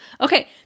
Okay